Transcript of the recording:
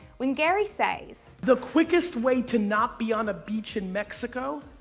when gary says, the quickest way to not be on a beach in mexico,